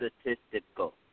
statistical